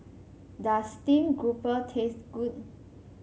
does Steamed Grouper taste good